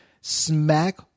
Smack